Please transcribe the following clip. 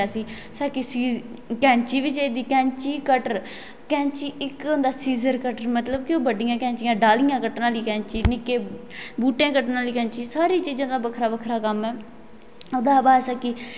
योगा करनी चाहिदी योगा कन्नै साढ़ा माइंड फ्रैश रौंह्दा साढ़े माइंड च स्टरैस नीं रौह्दा जियां बच्चे पढ़दे न पेपरें दी त्यारी च उत्थै बैठेदे होंदे न उं'दा माइंड फ्रैश रौंह्दा सुसाइड करी लैंदे कोई कक्ख करी लैंदा सारां आहें योगा करनी चाहिदी साढ़ा माइड फ्रैश होऐ